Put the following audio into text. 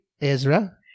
Ezra